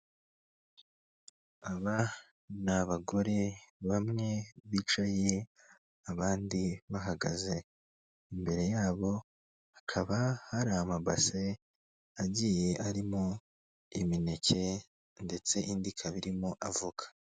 Aba ni abagore bamwe bicaye abandi bahagaze, imbere yabo hakaba hari amabase agiye arimo imineke ndetse indi ikaba irimo avoka.